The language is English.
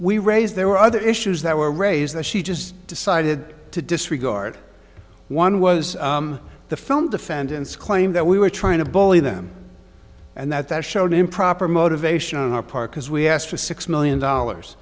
we raised there were other issues that were raised that she just decided to disregard one was the film defendants claim that we were trying to bully them and that that showed an improper motivation on our part because we asked for six million dollars